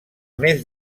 més